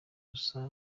rusa